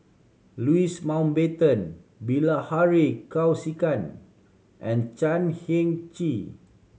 Louis Mountbatten Bilahari Kausikan and Chan Heng Chee